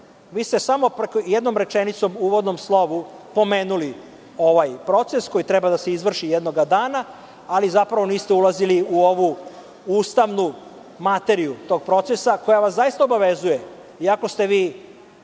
ste samo jednom rečenicom u uvodnom slovu pomenuli ovaj proces koji treba da se izvrši jednog dana, ali zapravo niste ulazili u ovu ustavnu materiju tog procesa, koja vas zaista obavezuje iako ste vi